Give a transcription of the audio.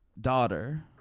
daughter